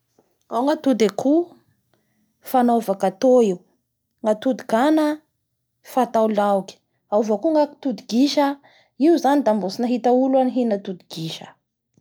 Ao gn atody akoho, fanaova gâteau io. Ao gn atody gana, fanao laoky. Ao avao koa gny atody gisa, io zany da mbola tsy nahita olo aho nihina atody gisa.